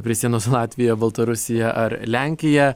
prie sienos su latvija baltarusija ar lenkija